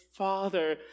father